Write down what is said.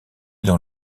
dans